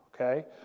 Okay